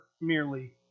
merely